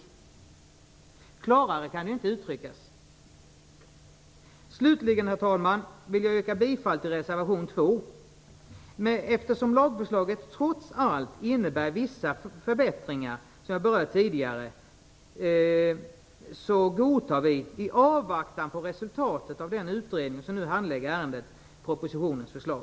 Klarare kan det inte uttryckas. Slutligen, herr talman, vill jag yrka bifall till reservation 2. Eftersom lagförslaget trots allt innebär vissa förbättringar, som jag berörde tidigare, godtar vi i avvaktan på resultatet av den utredning som nu skall handlägga ärendet propositionens förslag.